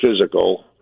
physical